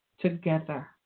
together